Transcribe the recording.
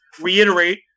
reiterate